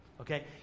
Okay